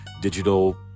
digital